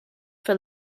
for